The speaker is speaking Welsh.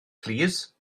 plîs